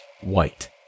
white